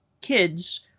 kids